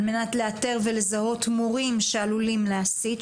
מנת לאתר ולזהות מורים שעלולים להסית,